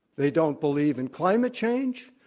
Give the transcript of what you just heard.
they don't believe in climate change,